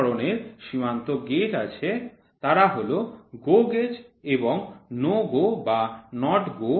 দুই ধরনের সীমান্ত গেজ আছে তারা হল GO গেজ এবং NO GO বা NOT GO গেজ